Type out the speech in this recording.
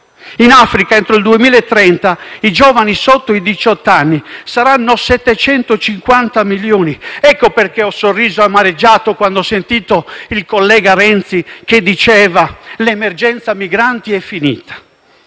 In Africa, entro il 2030, i giovani sotto i diciotto anni saranno 750 milioni, ecco perché ho sorriso amareggiato ascoltando il collega Renzi dire che l'emergenza migranti è finita,